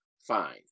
fine